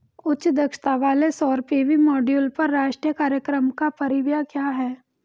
उच्च दक्षता वाले सौर पी.वी मॉड्यूल पर राष्ट्रीय कार्यक्रम का परिव्यय क्या है?